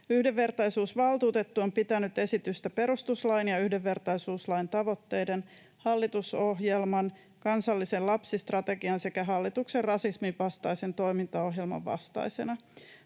Yhdenvertaisuusvaltuutettu on pitänyt esitystä perustuslain ja yhdenvertaisuuslain tavoitteiden, hallitusohjelman, kansallisen lapsistrategian sekä hallituksen rasismin vastaisen toimintaohjelman vastaisena.